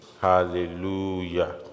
Hallelujah